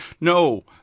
No